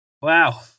wow